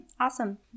awesome